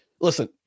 Listen